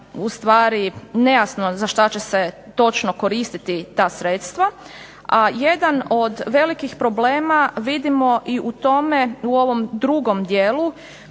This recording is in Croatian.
u stvari nejasno za šta će se točno koristiti ta sredstva, a jedan od velikih problema vidimo i u tome u ovom drugom dijelu